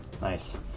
Nice